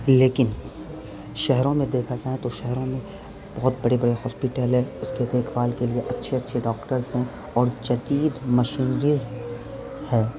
لیکن شہروں میں دیکھا جائے تو شہروں میں بہت بڑے بڑے ہاسپٹل ہیں اس کے دیکھ بھال کے لیے اچھے اچھے ڈاکٹرس ہیں اور جدید مشینریز ہے